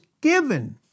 given